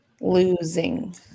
Losing